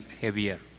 heavier